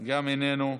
גם הוא איננו.